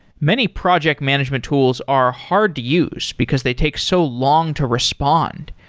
many project management tools are hard to use because they take so long to respond,